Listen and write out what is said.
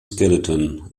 skeleton